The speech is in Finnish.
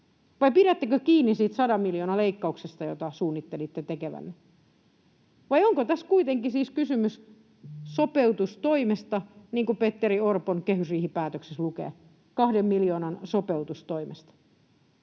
vai pidättekö kiinni siitä 100 miljoonan leikkauksesta, jota suunnittelitte tekevänne? Vai onko tässä kuitenkin siis kysymys, niin kuin Petteri Orpon kehysriihipäätöksessä lukee, kahden miljoonan sopeutustoimesta?